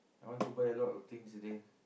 I want to buy a lot of things at there